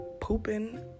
pooping